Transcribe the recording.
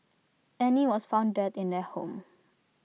Annie was found dead in their home